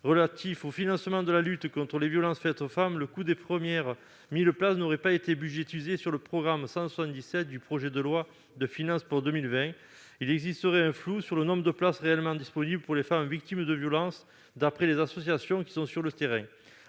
relatif au financement de la lutte contre les violences faites aux femmes, le coût des premières 1 000 places n'aurait pas été budgétisé sur le programme 177 du projet de loi de finances pour 2020. Il existerait un flou sur le nombre de places réellement disponibles pour les femmes victimes de violences, d'après les associations qui sont sur le terrain.